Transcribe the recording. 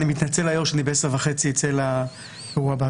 אני מתנצל, היו"ר, שאני ב-10:30 אצא לאירוע הבא.